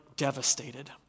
devastated